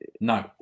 No